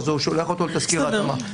הוא שולח אותו לתסקיר הערכה.